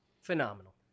phenomenal